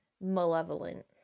malevolent